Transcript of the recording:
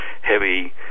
heavy